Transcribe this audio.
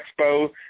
Expo